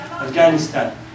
Afghanistan